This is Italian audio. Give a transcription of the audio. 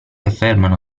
affermano